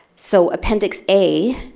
so appendix a